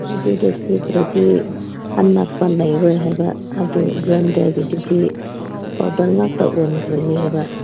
ꯑꯗꯨꯗ ꯁꯨꯗ꯭ꯔꯗꯤ ꯑꯅꯞꯄ ꯂꯩꯔꯣꯏ ꯍꯥꯏꯕ ꯑꯗꯨ ꯒ꯭ꯔꯥꯏꯟꯗꯔꯒꯤꯗꯨꯗꯤ ꯄꯥꯎꯗꯔꯉꯥꯛꯇ ꯑꯣꯟꯈ꯭ꯔꯅꯤ ꯍꯥꯏꯕ